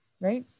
right